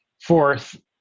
fourth